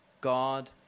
God